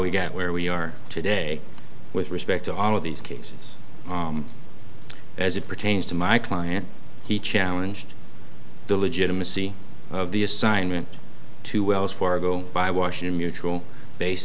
we got where we are today with respect to all of these cases as it pertains to my client he challenged the legitimacy of the assignment to wells fargo by washington mutual based